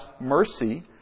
mercy